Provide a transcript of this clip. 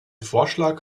vorschlag